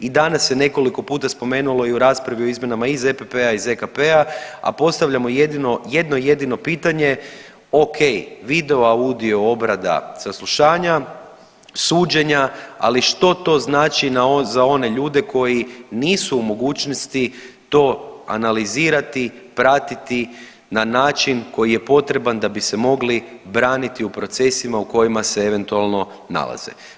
I danas se nekoliko puta spomenulo i u raspravi o izmjena i ZPP-a i ZKP-a, a postavljamo jedino, jedno i jedino pitanje, okej video, audio, obrada, saslušanja, suđenja, ali što to znači za one ljude koji nisu u mogućnosti to analizirati i pratiti na način koji je potreban da bi se mogli braniti u procesima u kojima se eventualno nalaze.